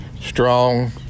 strong